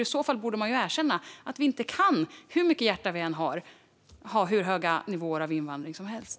I så fall borde man erkänna att vi inte, hur mycket hjärta vi än har, kan ha hur höga nivåer av invandring som helst.